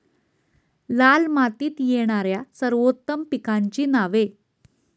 लाल मातीत येणाऱ्या सर्वोत्तम पिकांची नावे?